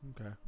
okay